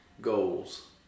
goals